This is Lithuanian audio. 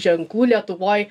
ženklų lietuvoj